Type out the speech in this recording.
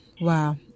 Wow